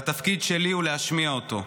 והתפקיד שלי הוא להשמיע אותו,